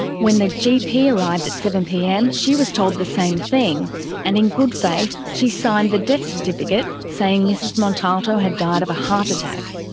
when the gp arrived at seven pm she was told the same thing and in good faith she signed the death certificate saying mrs montalto had died of a heart attack.